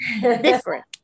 different